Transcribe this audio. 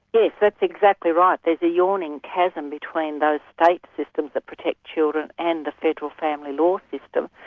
yes, that's exactly right. there's a yawning chasm between those state systems that protect children and the federal family law system,